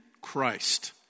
Christ